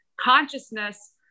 consciousness